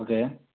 okay